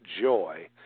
joy